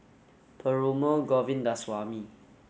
Perumal Govindaswamy